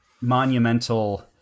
monumental